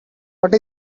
what